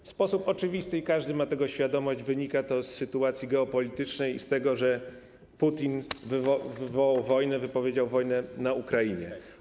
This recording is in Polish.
W sposób oczywisty - każdy ma tego świadomość - wynika to z sytuacji geopolitycznej i z tego, że Putin wywołał wojnę, wypowiedział wojnę Ukrainie.